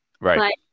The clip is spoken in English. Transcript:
Right